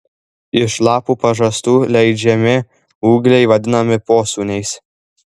iš lapų pažastų leidžiami ūgliai vadinami posūniais